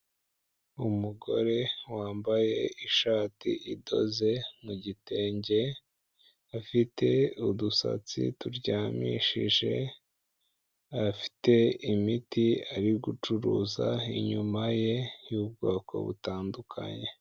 Umugore wambaye ishati idoze mu gitenge, afite udusatsi turyamishije, afite imiti ari gucuruza inyuma ye y'ubwoko butandukanye.